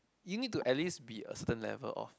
you need to at least be a certain of